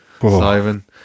Simon